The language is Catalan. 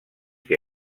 que